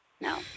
No